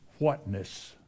whatness